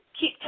Keep